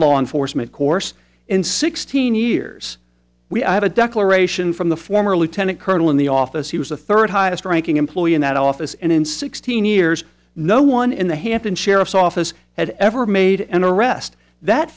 law enforcement course in sixteen years we had a declaration from the former lieutenant colonel in the office he was the third highest ranking employee in that office and in sixteen years no one in the hampton sheriff's office had ever made an arrest that